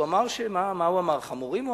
מה הוא אמר, "חמורים"?